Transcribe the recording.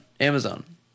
Amazon